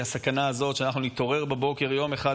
היא הסכנה הזאת שאנחנו נתעורר בבוקר יום אחד,